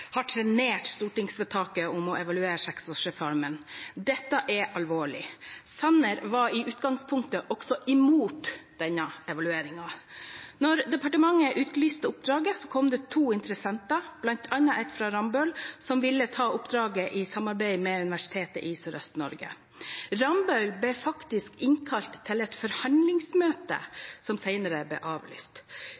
trenert stortingsvedtaket om å evaluere seksårsreformen. Dette er alvorlig. Sanner var i utgangspunktet også imot en evaluering. Da departementet utlyste oppdraget kom det inn to interessenter, bl.a. ett fra Rambøll, som ville ta oppdraget i samarbeid med Universitetet i Sørøst-Norge. Rambøll ble innkalt til et forhandlingsmøte